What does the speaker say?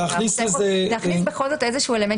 להכניס בכל זאת איזה שהוא אלמנט שבא להסביר.